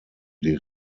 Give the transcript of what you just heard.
die